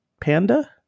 panda